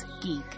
geek